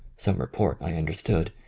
some report, i imderstood,